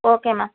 okay ma'am